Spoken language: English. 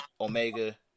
Omega